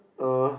uh